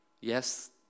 yes